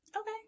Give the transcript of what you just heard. Okay